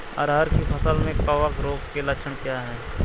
अरहर की फसल में कवक रोग के लक्षण क्या है?